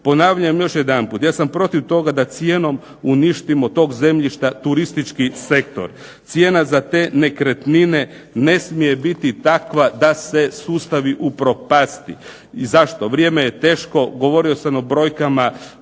Ponavljam još jedanput, ja sam protiv toga da cijenom uništimo tog zemljišta turistički sektor. Cijena za te nekretnine ne smije biti takva da se sustavi upropasti. Zašto? Vrijeme je teško, govorio sam o brojkama